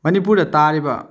ꯃꯅꯤꯄꯨꯔꯗ ꯇꯥꯔꯤꯕ